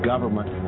Government